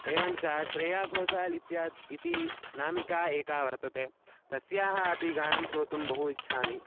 एवञ्च श्रेया घोशाल् इत्यात् इति नामिका एका वर्तते तस्याः अपि गानं श्रोतुं बहु इच्छामि